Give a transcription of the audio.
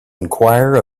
enquire